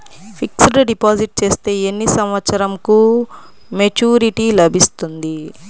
Fixed deposit చేస్తే ఎన్ని సంవత్సరంకు మెచూరిటీ లభిస్తుంది?